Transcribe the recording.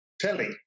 telly